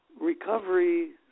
recovery